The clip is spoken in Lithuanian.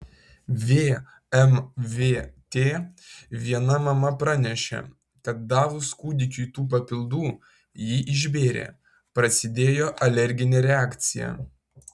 vmvt viena mama pranešė kad davus kūdikiui tų papildų jį išbėrė prasidėjo alerginė reakcija